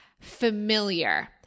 familiar